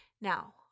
Now